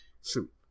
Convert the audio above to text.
suit